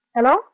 Hello